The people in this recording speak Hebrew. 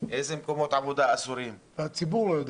ואיזה אסורים --- והציבור לא יודע.